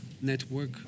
network